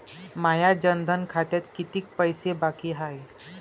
माया जनधन खात्यात कितीक पैसे बाकी हाय?